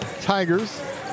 Tigers